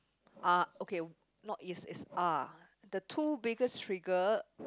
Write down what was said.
uh okay not is is uh the two biggest trigger